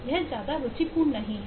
यह ज्यादा रुचि के नहीं है